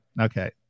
Okay